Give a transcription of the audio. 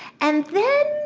and then,